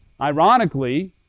Ironically